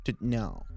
no